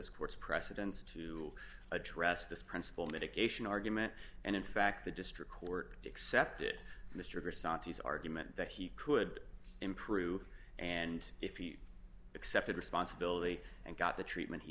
court's precedents to address this principal medication argument and in fact the district court excepted mr santis argument that he could improve and if he accepted responsibility and got the treatment he